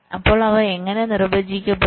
അപ്പോൾ അവ എങ്ങനെ നിർവചിക്കപ്പെടുന്നു